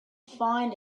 find